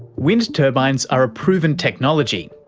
wind turbines are a proven technology,